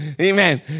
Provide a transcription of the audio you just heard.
Amen